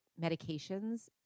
medications